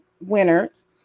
winners